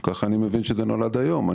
ככה אני מבין שזה נולד היום.